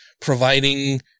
providing